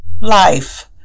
life